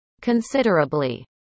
Considerably